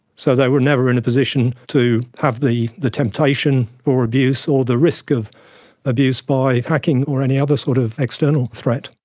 so they were never in a position to have the the temptation or abuse or the risk of abuse by hacking or any other sort of external threat.